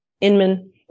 Inman